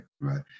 right